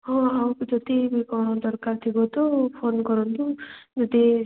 ହଁ ଆଉ ବି ଯଦି ବି କ'ଣ ଦରକାର ଥିବ ତ ଫୋନ୍ କରନ୍ତୁ ଯଦି